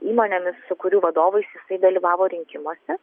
įmonėmis su kurių vadovais jisai dalyvavo rinkimuose